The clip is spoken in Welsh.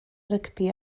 rygbi